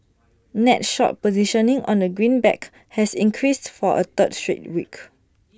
net short positioning on the greenback has increased for A third straight week